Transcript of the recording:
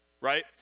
right